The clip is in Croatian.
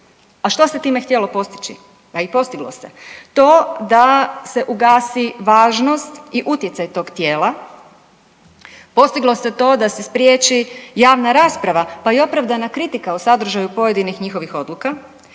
A što se time htjelo postići? A i postiglo se. To da se ugasi važnost i utjecaj tog tijela. Postiglo se to da se spriječi javna rasprava pa i opravdana kritika o sadržaju pojedinih njihovih odluka.